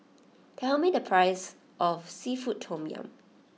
tell me the price of Seafood Tom Yum